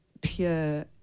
pure